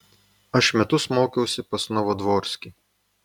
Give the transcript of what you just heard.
aš metus mokiausi pas novodvorskį